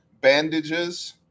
bandages